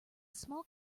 small